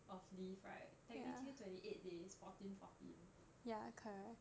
of leave right technically twenty eight days fourteen fourteen